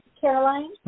Caroline